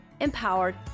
Empowered